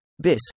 BIS